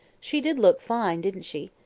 she did look fine, didn't she?